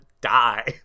die